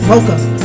Welcome